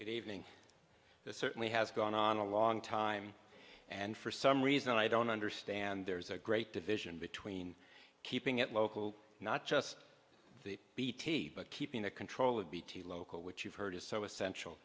this certainly has gone on a long time and for some reason i don't understand there's a great division between keeping it local not just the bt but keeping the control of bt local which you've heard is so essential